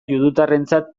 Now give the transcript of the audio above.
judutarrentzat